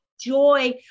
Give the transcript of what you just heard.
Joy